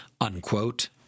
unquote